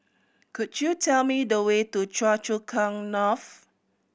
could you tell me the way to Choa Chu Kang North